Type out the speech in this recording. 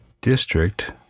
district